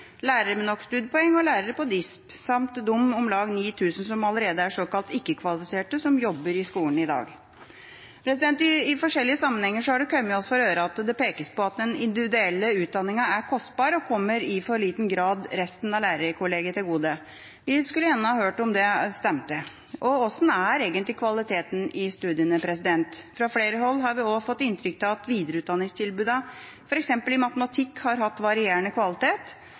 lærere med nok studiepoeng og lærere på «disp» – samt de om lag 9 000 som allerede er såkalt ikke-kvalifiserte som jobber i skolen i dag. I forskjellige sammenhenger er det kommet oss for øre at det pekes på at den individuelle utdanningen er kostbar og i for liten grad kommer resten av lærerkollegiet til gode. Vi skulle gjerne hørt om det stemmer. Og hvordan er egentlig kvaliteten i studiene? Fra flere hold har vi fått inntrykk av at videreutdanningstilbudet har hatt varierende kvalitet, f.eks. i matematikk,